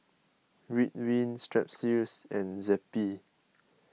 Ridwind Strepsils and Zappy